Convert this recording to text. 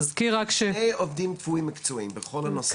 אין עובדים קבועים מקצועיים בכל הנושא,